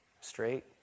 straight